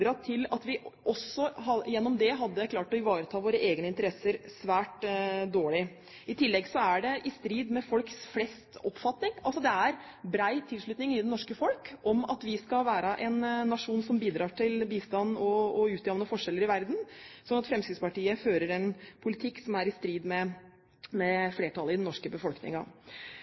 klart å ivareta våre egne interesser svært dårlig. I tillegg er det i strid med oppfatningen blant folk flest. Det er bred tilslutning i det norske folk om at vi skal være en nasjon som bidrar til bistand og til å utjamne forskjeller i verden. Så Fremskrittspartiet fører en politikk som er i strid med flertallet i den norske